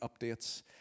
updates